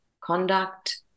conduct